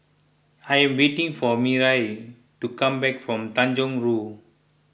I am waiting for Miriah to come back from Tanjong Rhu